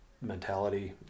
mentality